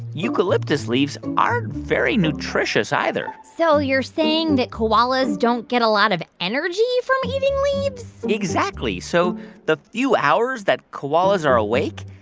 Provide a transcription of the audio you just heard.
eucalyptus leaves aren't very nutritious, either so you're saying that koalas don't get a lot of energy from eating leaves? exactly. so the few hours that koalas are awake,